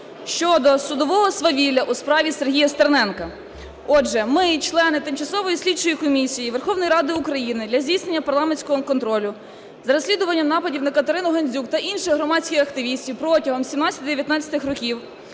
щодо судового свавілля у справі Сергія Стерненка. Отже, ми, члени Тимчасової слідчої комісії Верховної Ради України для здійснення парламентського контролю за розслідуванням нападів на Катерину Гандзюк та інших громадських активістів протягом 2017-2019 років,